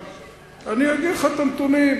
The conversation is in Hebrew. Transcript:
אני אביא לך את הנתונים.